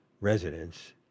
residents